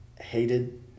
hated